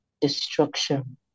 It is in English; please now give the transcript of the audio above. destruction